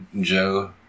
Joe